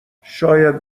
شاید